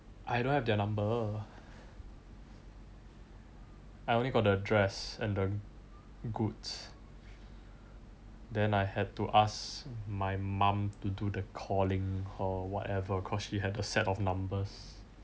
I don't have their number I only got the address and the goods then I had to ask my mom to do the calling or whatever cause she had the set of numbers